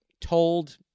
told